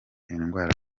indwara